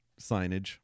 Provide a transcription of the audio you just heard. signage